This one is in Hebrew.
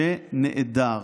שנעדר.